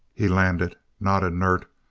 he landed, not inert,